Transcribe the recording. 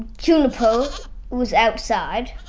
juniper was outside,